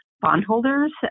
bondholders